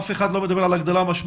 אף אחד לא מדבר על הגדלה משמעותית.